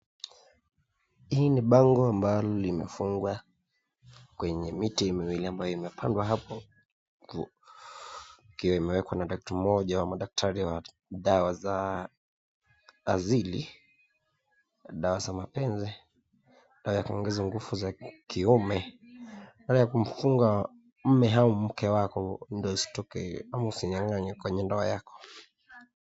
Hii ni bango ambalo limefungwa kwenye miti miwili ambayo imepandwa hapo ikiwa imewekwa mtu mmoja wa madaktari wa dawa za asili, dawa za mapenzi, dawa ya kuongeza nguvu za kiume, dawa ya kumfunga mume au mke wako ndo isitokee au usinyanganywe kwenye ndoa yako.